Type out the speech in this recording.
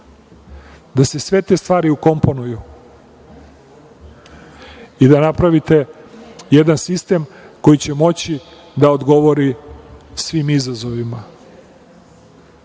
da se sve te stvari ukomponuju i da napravite jedan sistem koji će moći da odgovori svim izazovima. Ne